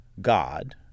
god